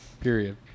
period